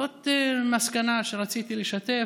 זאת מסקנה שרציתי לשתף,